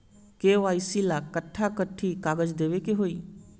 KYC ला कट्ठा कथी कागज देवे के होई?